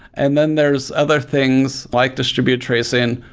and then there's other things, like distributed tracing,